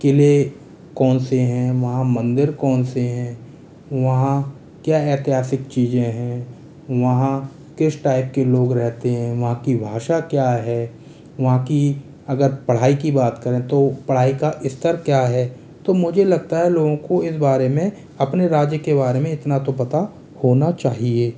किले कौन से हैं वहाँ मंदिर कौन से हैं वहाँ क्या ऐतिहासिक चीज़ें हैं वहाँ किस टाइप के लोग रहते हैं वहाँ की भाषा क्या है वहाँ की अगर पढ़ाई की बात करें तो पढ़ाई का स्तर क्या है तो मुझे लगता है लोगों को इस बारे में अपने राज्य के बारे में इतना तो पता होना चाहिए